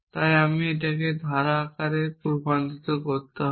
তাই আমাকে এটিকে ধারা আকারে রূপান্তর করতে হবে